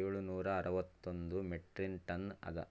ಏಳು ನೂರಾ ಅರವತ್ತೊಂದು ಮೆಟ್ರಿಕ್ ಟನ್ಸ್ ಅದಾ